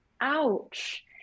ouch